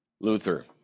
Luther